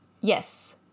Yes